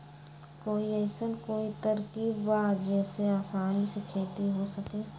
कोई अइसन कोई तरकीब बा जेसे आसानी से खेती हो सके?